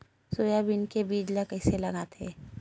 Soybean के बीज ल कइसे लगाथे?